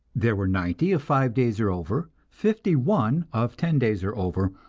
there were ninety of five days or over, fifty one of ten days or over,